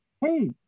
hey